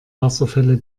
wasserfälle